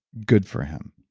good for him.